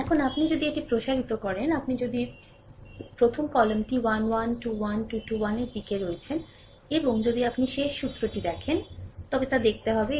এখন আপনি যদি এটি প্রসারিত করেন আপনি যদি এটি প্রসারিত করেন তবে আপনি কলামটি 1 1 21 2 2 1 এর দিকের দিকে রয়েছেন এবং যদি আপনি শেষ সূত্রটি দেখেন তবে তা দেখতে হবে